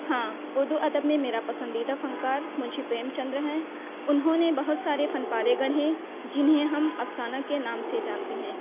ہاں اردو ادب میں میرا پسندیدہ فنکارمنشی پریم چندر ہیں انہوں نے بہت سارے فن پارے گڑھیں جنہیں ہم افسانہ کے نام سے جانتے ہیں